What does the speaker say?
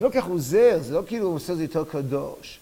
לא ככה הוא זהר, זה לא כאילו הוא עושה את זה טוב קדוש.